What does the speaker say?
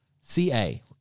CA